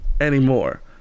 anymore